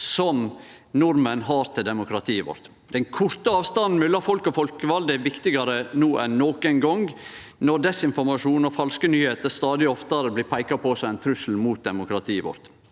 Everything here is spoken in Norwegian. nordmenn har til demokratiet vårt. Den korte avstanden mellom folk og folkevalde er viktigare no enn nokon gong, når desinformasjon og falske nyhende stadig oftare blir peika på som ein trussel mot demokratiet vårt.